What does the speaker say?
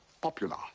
popular